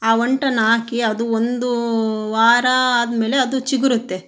ಆ ಅಂಟನ್ ಹಾಕಿ ಅದು ಒಂದು ವಾರ ಆದಮೇಲೆ ಅದು ಚಿಗುರುತ್ತೆ